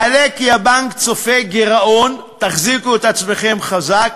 מעלה כי הבנק צופה גירעון, תחזיקו את עצמכם חזק,